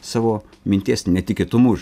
savo minties netikėtumus